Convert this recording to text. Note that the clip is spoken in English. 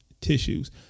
tissues